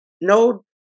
no